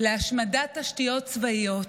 להשמדת תשתיות צבאיות,